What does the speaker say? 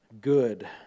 good